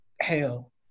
hell